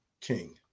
King